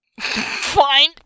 Fine